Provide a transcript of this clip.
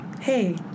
Hey